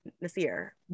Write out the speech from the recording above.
nasir